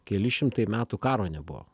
keli šimtai metų karo nebuvo